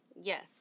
Yes